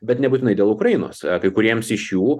bet nebūtinai dėl ukrainos kai kuriems iš jų